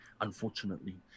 unfortunately